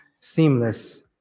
seamless